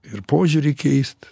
ir požiūrį keist